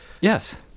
Yes